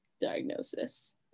diagnosis